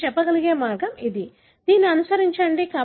మీరు చెప్పగలిగే మార్గం ఇది దీనిని అనుసరిస్తుంది